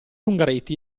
ungaretti